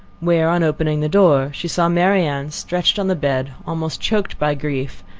where, on opening the door, she saw marianne stretched on the bed, almost choked by grief,